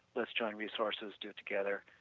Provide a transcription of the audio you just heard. thus join resources, do it together.